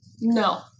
No